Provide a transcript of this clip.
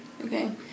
Okay